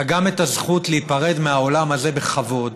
אלא גם את הזכות להיפרד מהעולם הזה בכבוד.